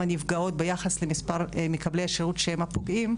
הנפגעות ביחס למספר מקבלי השירות שהם הפוגעים,